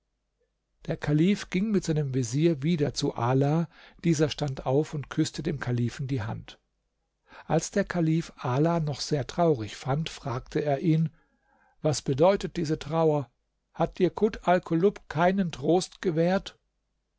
der kalif ging mit seinem vezier wieder zu ala dieser stand auf und küßte dem kalifen die hand als der kalif ala noch sehr traurig fand fragte er ihn was bedeutet diese trauer hat dir kut alkulub keinen trost gewährt